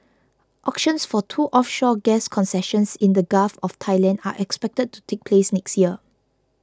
auctions for two offshore gas concessions in the Gulf of Thailand are expected to take place next year